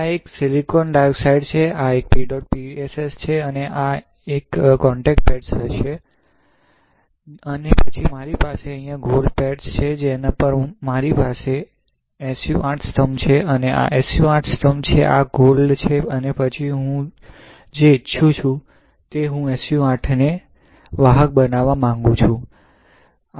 આ એક silicon dioxide છે આ એક PEDOT PSS છે આ એક કોંટેક્ટ પેડ્સ હશે અને પછી મારી પાસે અહીં ગોલ્ડ પેડ છે જેના પર મારી પાસે SU 8 સ્તંભ છે આ SU 8 છે આ ગોલ્ડ છે પછી હું જે ઇચ્છું છું તે હું SU 8ને વાહક બનવા માંગુ છુ